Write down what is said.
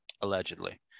allegedly